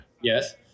Yes